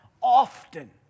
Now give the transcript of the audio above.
often